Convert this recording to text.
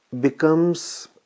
becomes